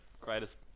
greatest